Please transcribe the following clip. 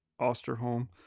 Osterholm